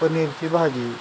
पनीरची भाजी